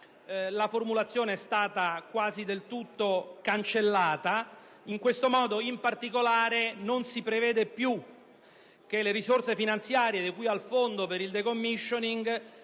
la formulazione è stata quasi del tutto cancellata; in questo modo, in particolare, non si prevede più che le risorse finanziare di cui al fondo per il *decommissioning*